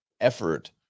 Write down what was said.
effort